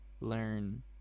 learn